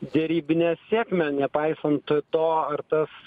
derybinę sėkmę nepaisant to ar tas